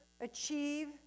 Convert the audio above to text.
achieve